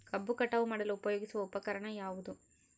ಕಬ್ಬು ಕಟಾವು ಮಾಡಲು ಉಪಯೋಗಿಸುವ ಉಪಕರಣ ಯಾವುದು?